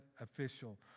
official